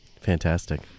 Fantastic